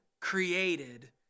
created